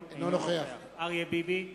אינו נוכח אריה ביבי,